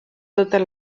totes